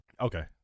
Okay